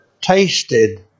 tasted